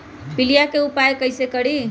पीलिया के उपाय कई से करी?